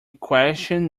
question